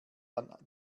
dann